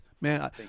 Man